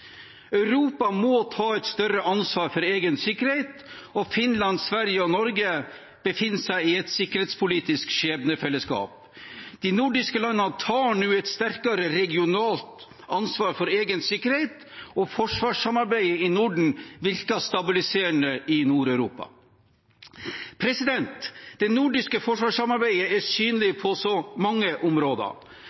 Europa må ta et større ansvar for egen sikkerhet, og Finland, Sverige og Norge befinner seg i et sikkerhetspolitisk skjebnefellesskap. De nordiske landene tar nå et sterkere regionalt ansvar for egen sikkerhet, og forsvarssamarbeidet i Norden virker stabiliserende i Nord-Europa. Det nordiske forsvarssamarbeidet er synlig på så mange områder,